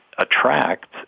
attract